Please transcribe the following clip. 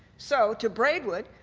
so, to braidwood,